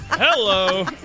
Hello